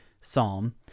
psalm